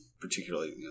particularly